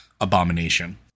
abomination